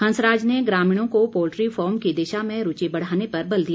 हंसराज ने ग्रामीणों को पोल्ट्री फार्म की दिशा में रूचि बढ़ाने पर बल दिया